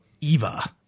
Eva